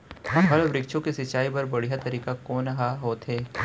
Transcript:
फल, वृक्षों के सिंचाई बर बढ़िया तरीका कोन ह होथे?